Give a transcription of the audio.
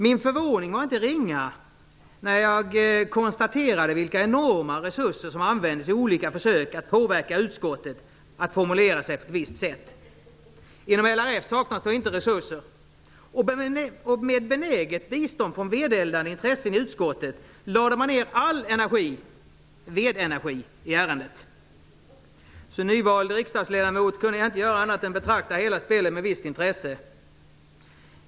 Min förvåning var inte ringa när jag konstaterade vilka enorma resurser som användes i olika försök att påverka utskottet att formulera sig på ett visst sätt. Inom LRF saknas då inte resurser. Med benäget bistånd från vedeldande intressen i utskottet lade man ner all energi - vedenergi - i ärendet. Som nyvald riksdagsledamot kunde jag inte göra annat än att betrakta hela spelet med visst intresse.